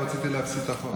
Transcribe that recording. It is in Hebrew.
לא רציתי להפסיד את החוק.